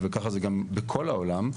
וככה זה גם בכל העולם,